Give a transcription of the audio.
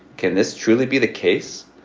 can this truly be the case?